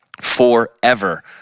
forever